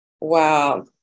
Wow